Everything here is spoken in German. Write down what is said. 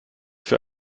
für